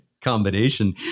combination